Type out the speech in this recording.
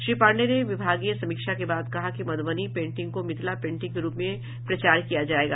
श्री पांडेय ने विभागीय समीक्षा के बाद कहा कि मध्रबनी पेंटिंग को मिथिला पेंटिंग के रूप में प्रचार किया जायेगा